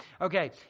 Okay